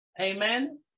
Amen